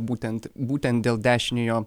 būtent būtent dėl dešiniojo